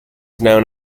known